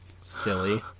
Silly